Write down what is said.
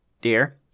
dear